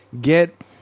get